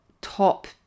top